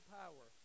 power